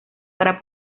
para